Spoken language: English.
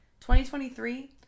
2023